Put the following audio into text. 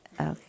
okay